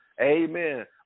Amen